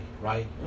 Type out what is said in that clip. right